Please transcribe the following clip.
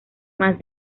más